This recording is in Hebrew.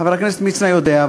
חבר הכנסת מצנע יודע,